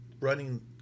running